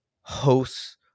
hosts